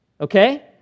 Okay